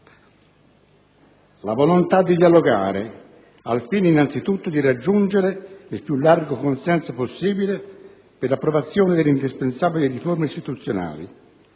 la volontà di dialogare al fine, innanzitutto, di raggiungere il più largo consenso possibile per l'approvazione delle indispensabili riforme istituzionali